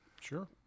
Sure